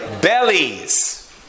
Bellies